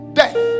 death